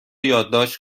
یادداشت